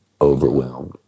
overwhelmed